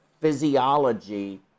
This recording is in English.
physiology